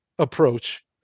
approach